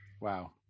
Wow